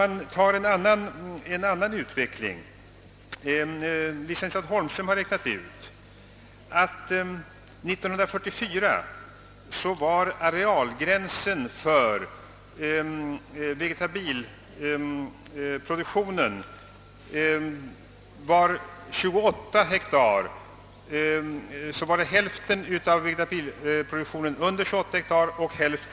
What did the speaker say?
Licentiat Holmström påvisar att år 1944 låg hälften av vegetabilieproduktionen på företag under 28 hektar och hälften på över 28 hektar.